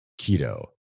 keto